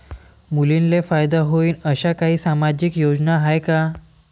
मुलींले फायदा होईन अशा काही सामाजिक योजना हाय का?